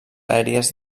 aèries